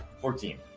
Fourteen